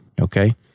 Okay